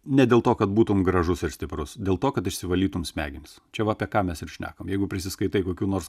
ne dėl to kad būtum gražus ir stiprus dėl to kad išsivalytum smegenis čia va apie ką mes ir šnekam jeigu prisiskaitai kokių nors